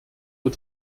uhr